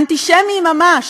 אנטישמיים ממש,